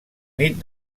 nit